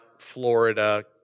Florida